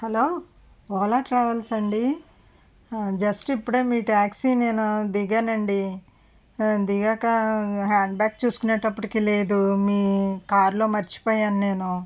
hello Ola travels అండి just ఇప్పుడే మీ టాక్సీ నేను దిగాను అండి దిగాక హ్యాండ్ బ్యాగ్ చూసుకునేటప్పటికీ లేదు మీ కారులో మర్చిపోయాను నేను